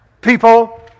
people